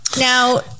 Now